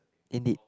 indeed